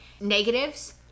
Negatives